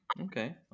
Okay